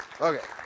Okay